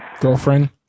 Girlfriend